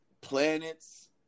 planets